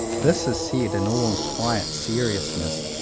this is said in all quiet seriousness,